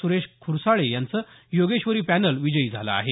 सुरेश खुरसाळे यांचं योगेश्वरी पॅनल विजयी झालं आहे